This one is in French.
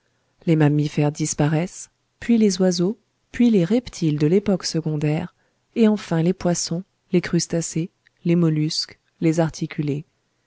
les mammifères disparaissent puis les oiseaux puis les reptiles de l'époque secondaire et enfin les poissons les crustacés les mollusques les articulés